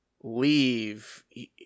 leave